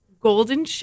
golden